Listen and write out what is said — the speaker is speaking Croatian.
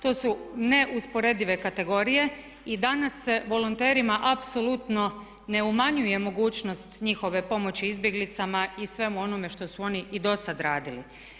To su neusporedive kategorije i danas volonterima apsolutno ne umanjuje mogućnost njihove pomoći izbjeglicama i svemu onome što su oni i do sada radili.